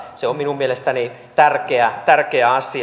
se on minun mielestäni tärkeä asia